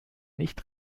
nicht